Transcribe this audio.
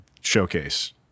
showcase